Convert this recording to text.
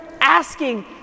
asking